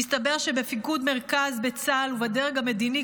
מסתבר שבפיקוד מרכז בצה"ל ובדרג המדיני